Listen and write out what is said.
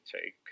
take